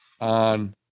on